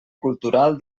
cultural